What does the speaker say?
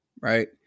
right